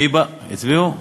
הצביעו?